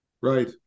Right